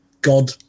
God